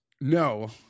No